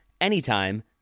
anytime